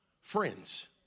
friends